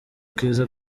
kiza